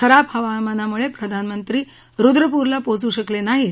खराब हवामानामुळे प्रधानमंत्री रुद्रपूरला पोहोचू शकले नाहीत